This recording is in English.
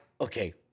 okay